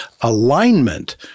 alignment